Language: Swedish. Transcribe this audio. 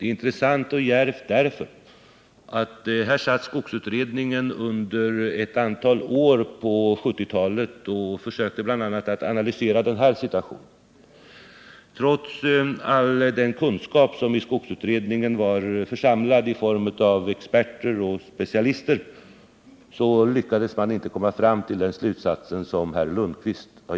Skogsutredningen försökte under ett antal år på 1970-talet att bl.a. analysera den här situationen. Men trots all den kunskap som i skogsutredningen var församlad i form av experter och specialister lyckades den inte komma fram till samma slutsats som herr Lundkvist.